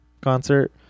concert